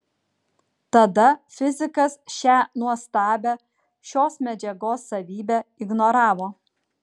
tada fizikas šią nuostabią šios medžiagos savybę ignoravo